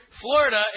Florida